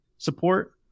support